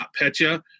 NotPetya